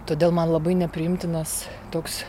todėl man labai nepriimtinas toks